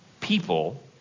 people